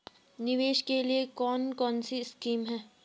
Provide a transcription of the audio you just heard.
निवेश के लिए कौन कौनसी स्कीम हैं?